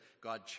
God